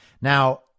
Now